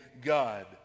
God